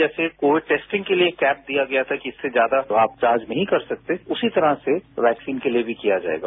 जैसे Covid testing के लिए कैप दिया गया था कि इससे ज्यादा आप चार्ज नहीं कर सकते उसी तरह से वैक्सीन के लिए भी किया जाएगा